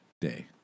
day